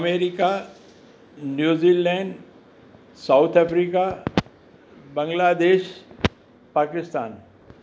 America New Zealand South Africa Bangladesh Pakistan